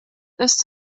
ist